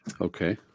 okay